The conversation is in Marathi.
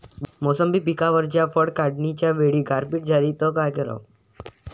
मोसंबी पिकावरच्या फळं काढनीच्या वेळी गारपीट झाली त काय कराव?